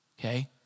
Okay